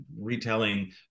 retelling